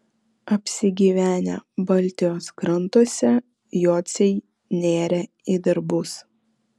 apsigyvenę baltijos krantuose jociai nėrė į darbus